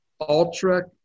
ultra